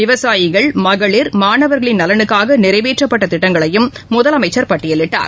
விவசாயிகள் மகளிர் மாணவர்களின் நலனுக்காக நிறைவேற்றப்பட்ட திட்டங்களையும் முதலமைச்சர் பட்டியலிட்டார்